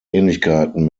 ähnlichkeiten